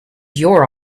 your